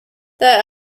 there